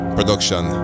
Production